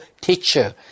teacher